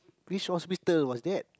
which was bitter was that